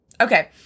Okay